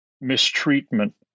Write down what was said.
mistreatment